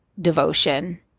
devotion